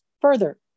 further